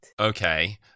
okay